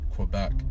Quebec